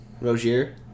Rozier